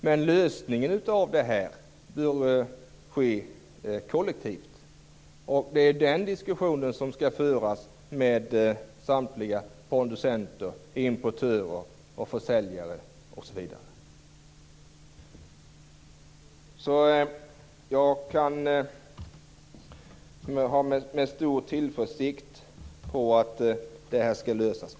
Men lösningen av det här bör ske kollektivt. Det är den diskussionen som skall föras med samtliga producenter, importörer, försäljare osv. Jag kan se med stor tillförsikt fram mot att det här skall lösas.